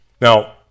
Now